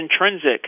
intrinsic